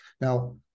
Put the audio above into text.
Now